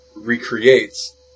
recreates